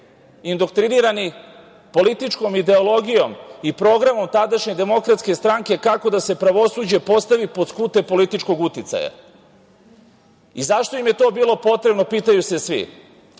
indoktrinirani političkom ideologijom i programom tadašnje DS kako da se pravosuđe postavi pod skute političkog uticaja.Zašto im je to bilo potrebno, pitaju se svi?